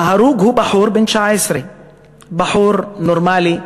ההרוג הוא בחור בן 19. בחור נורמלי,